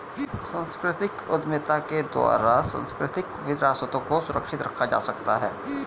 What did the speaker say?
सांस्कृतिक उद्यमिता के द्वारा सांस्कृतिक विरासतों को सुरक्षित रखा जा सकता है